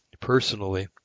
personally